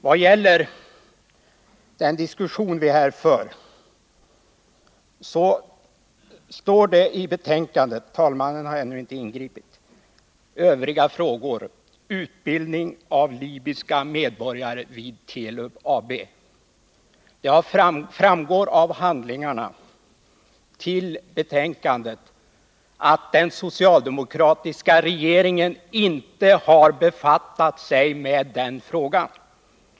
Vad gäller den diskussion vi har fört — och talmannen har ännu inte ingripit — så står det i betänkandet under Övriga frågor: ”Utbildning av lybiska medborgare vid Telub AB”. Det framgår av handlingarna till betänkandet att den socialdemokratiska regeringen inte har befattat sig med den frågan.